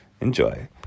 Enjoy